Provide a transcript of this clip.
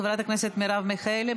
חברת הכנסת מרב מיכאלי,